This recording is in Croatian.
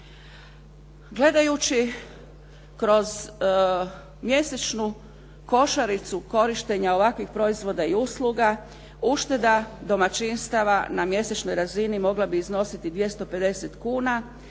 Gledajući kroz mjesečnu košaricu korištenja ovakvih proizvoda i usluga, ušteda domaćinstava na mjesečnoj razini mogla bi iznositi 250 kuna